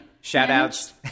shout-outs